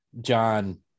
John